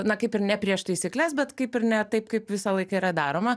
na kaip ir ne prieš taisykles bet kaip ir ne taip kaip visą laiką yra daroma